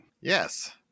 Yes